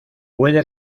puede